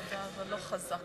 אתה יכול לסבר את אוזננו,